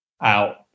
out